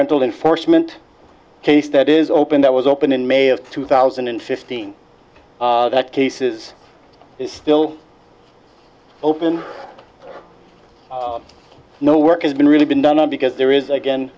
rental enforcement case that is open that was opened in may of two thousand and fifteen that case is still open no work has been really been done because there is again